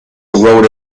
wrote